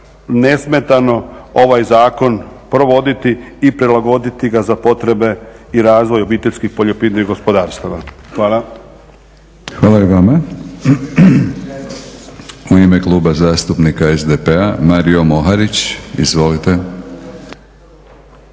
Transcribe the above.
nesmetano ovaj zakon provoditi i prilagoditi ga za potrebe i razvoj obiteljskih poljoprivrednih gospodarstava. Hvala. **Batinić, Milorad (HNS)** Hvala i vama. U ime Kluba zastupnika SDP-a, Mario Moharić. Izvolite.